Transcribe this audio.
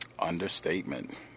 Understatement